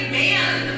man